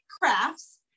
crafts